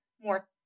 more